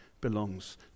belongs